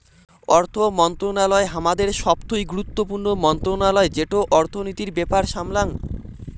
অর্থ মন্ত্রণালয় হামাদের সবথুই গুরুত্বপূর্ণ মন্ত্রণালয় যেটো অর্থনীতির ব্যাপার সামলাঙ